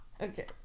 Okay